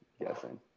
guessing